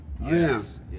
yes